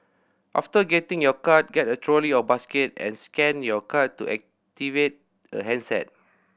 after getting your card get a trolley or basket and scan your card to activate a handset